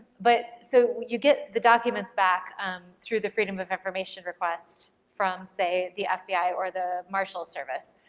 but, so you get the documents back um through the freedom of information request from, say, the fbi or the marshall service,